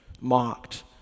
mocked